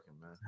man